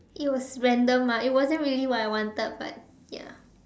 it was random ah it wasn't really what I wanted but ya